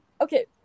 Okay